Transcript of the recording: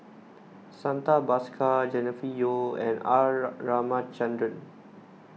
Santha Bhaskar Jennifer Yeo and R Ramachandran